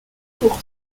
court